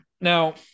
now